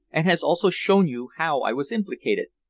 and has also shown you how i was implicated.